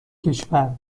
کشور